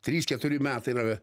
trys keturi metai tave